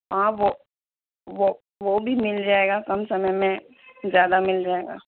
ہاں وہ وہ وہ بھی مل جائے گا کم سمے میں زیادہ مل جائے گا